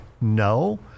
no